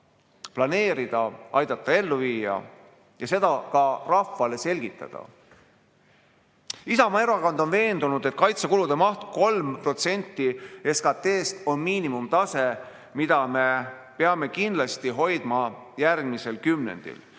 planeerida, aidata ellu viia ja seda ka rahvale selgitada. Isamaa Erakond on veendunud, et kaitsekulude maht 3% SKT-st on miinimumtase, mida me peame kindlasti hoidma järgmisel kümnendil